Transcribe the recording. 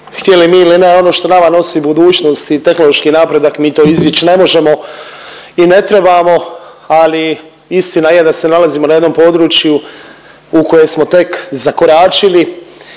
htjeli mi ili ne ono što nama nosi budućnost i tehnološki napredak mi to izbjeć ne možemo i ne trebamo, ali istina je da se nalazimo na jednom području u koje smo tek zakoračili